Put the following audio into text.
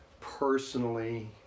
personally